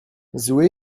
zły